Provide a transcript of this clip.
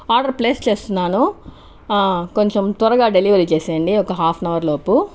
order place చేస్తున్నాను కొంచం త్వరగా డెలివరీ చేసేయండి ఒక హాఫ్ అన్ అవర్ లోపు